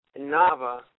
Nava